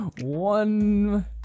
One